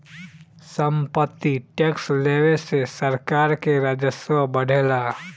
सम्पत्ति टैक्स लेवे से सरकार के राजस्व बढ़ेला